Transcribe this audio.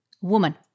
woman